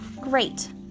Great